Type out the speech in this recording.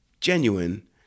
genuine